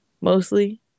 mostly